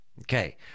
okay